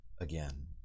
again